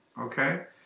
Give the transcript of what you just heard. Okay